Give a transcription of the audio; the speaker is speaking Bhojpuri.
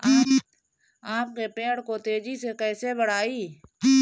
आम के पेड़ को तेजी से कईसे बढ़ाई?